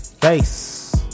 Face